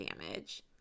damage